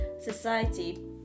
society